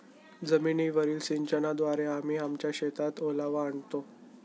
जमीनीवरील सिंचनाद्वारे आम्ही आमच्या शेतात ओलावा आणतो